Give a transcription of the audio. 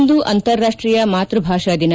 ಇಂದು ಅಂತಾರಾಷ್ಟೀಯ ಮಾತೃಭಾಷಾ ದಿನ